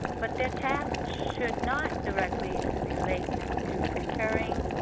but their tasks should not directly relate to preparing,